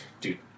Dude